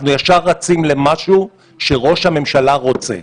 אנחנו ישר רצים למשהו שראש הממשלה רוצה.